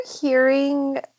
hearing